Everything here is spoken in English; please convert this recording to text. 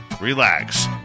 relax